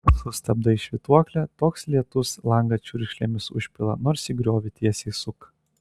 sustabdai švytuoklę toks lietus langą čiurkšlėmis užpila nors į griovį tiesiai suk